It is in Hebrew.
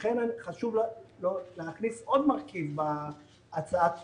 לכן, חשוב להכניס עוד מרכיב בהצעת החוק,